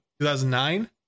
2009